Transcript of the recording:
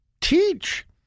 teach